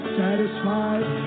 satisfied